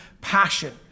passion